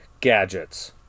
gadgets